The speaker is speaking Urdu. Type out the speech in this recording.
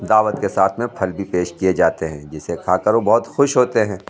دعوت کے ساتھ میں پھل بھی پیش کیے جاتے ہیں جسے کھا کر وہ بہت خوش ہوتے ہیں